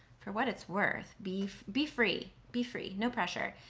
for what it's worth, be be free. be free, no pressure.